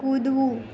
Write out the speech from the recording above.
કૂદવું